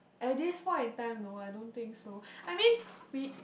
at this point in time no I don't think so I mean we